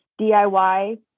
DIY